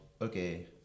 okay